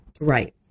Right